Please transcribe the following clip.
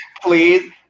please